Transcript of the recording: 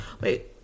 wait